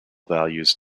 values